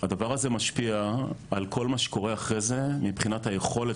הדבר הזה משפיע על כל מה שקורה אחרי זה מבחינת היכולת